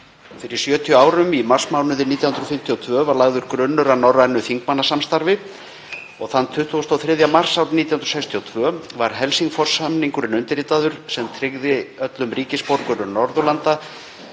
Fyrir 70 árum, í marsmánuði 1952, var lagður grunnur að norrænu þingmannasamstarfi og þann 23. mars árið 1962 var Helsingforssamningurinn undirritaður, sem tryggir öllum ríkisborgurum Norðurlanda